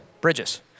bridges